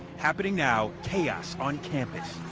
happening now chaos on campus.